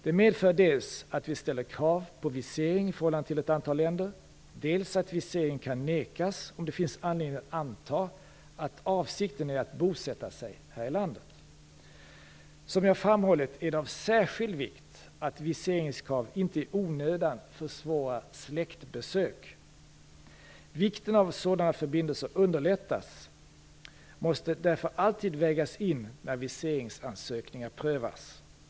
Det medför dels att vi ställer krav på visering i förhållande till ett antal länder, dels att visering kan nekas om det finns anledning att anta att avsikten är att bosätta sig här i landet. Som jag framhållit är det av särskild vikt att viseringskrav inte i onödan försvårar släktbesök. Vikten av att sådana förbindelser underlättas måste därför alltid vägas in när viseringsansökningar prövas.